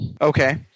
Okay